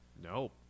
No